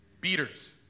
Beaters